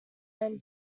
then